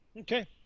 okay